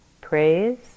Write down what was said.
praise